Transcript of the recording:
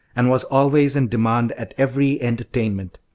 and was always in demand at every entertainment.